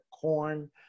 corn